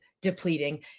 depleting